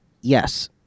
yes